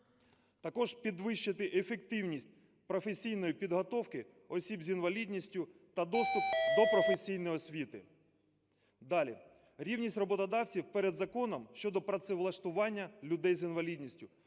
Також підвищити ефективність професійної підготовки осіб з інвалідністю та доступ до професійної освіти. Далі – рівність роботодавців перед законом щодо працевлаштування людей з інвалідністю,